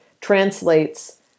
translates